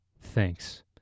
thanks